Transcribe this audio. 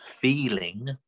feeling